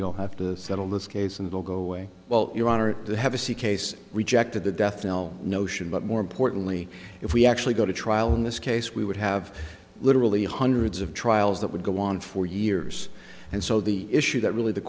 you'll have to settle this case and will go away well your honor to have a c case rejected the death knell notion but more importantly if we actually go to trial in this case we would have literally hundreds of trials that would go on for years and so the issue that really the